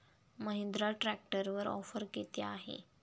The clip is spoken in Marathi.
महिंद्रा ट्रॅक्टरवर ऑफर किती आहे?